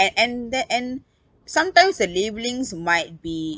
and and that and sometimes the labellings might be